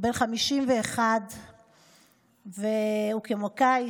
הוא בן 51 והוא קומיקאי,